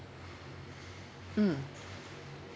mm